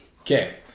Okay